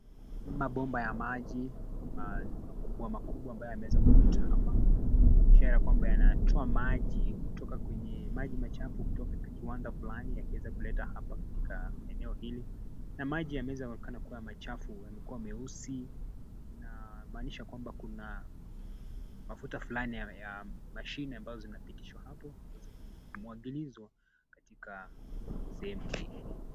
Mabomba ya maji makubwa makubwa ambayo yameweza kupita hapa, ishara kwamba yanatoa maji machafu kutoka kwenye kiwanda fulani yakiweza kuleta hapa katika eneo hili na maji yameweza kuonekana kuwa machafu yamekuwa meusi, kumaanisha kwamba kuna mafuta fulani ya mashine ambazo zimepitishwa hapo kuweza kumwagilizwa katika sehemu hii.